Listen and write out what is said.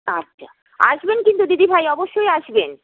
আচ্ছা আসবেন কিন্তু দিদিভাই অবশ্যই আসবেন